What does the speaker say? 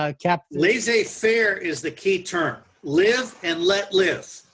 ah capit. laissez-faire is the key term. live and let live,